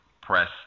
press